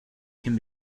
can